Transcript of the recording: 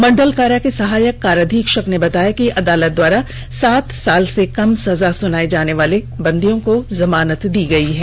मंडल कारा के सहायक काराधीक्षक ने बताया कि अदालत द्वारा सात साल से कम सजा सुनाए जाने वाले बंदियों को जमानत दी गई है